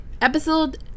Episode